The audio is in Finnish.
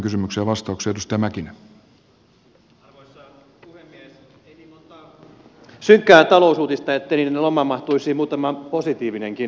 ei niin montaa synkkää talousuutista ettei niiden lomaan mahtuisi muutama positiivinenkin